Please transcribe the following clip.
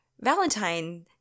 Valentine